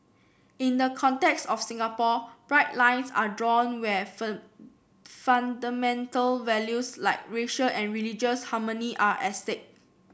in the context of Singapore bright lines are drawn where fur fundamental values like racial and religious harmony are at stake